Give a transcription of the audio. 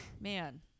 Man